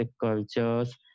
cultures